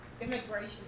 immigration